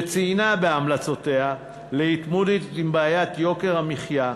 שציינה בהמלצותיה להתמודדות עם בעיית יוקר המחיה,